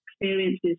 experiences